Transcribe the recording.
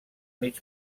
mig